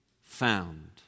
found